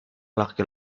laki